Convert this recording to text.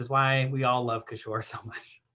why we all love kishore so much.